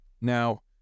Now